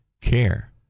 care